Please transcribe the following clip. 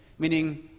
meaning